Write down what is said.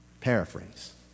paraphrase